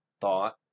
thought